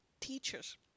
teachers